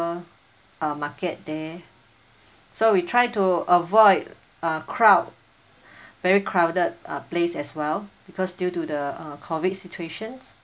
uh market there so we try to avoid uh crowd very crowded uh place as well because due to the uh COVID situations